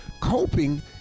Coping